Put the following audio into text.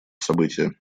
события